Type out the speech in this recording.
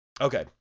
Okay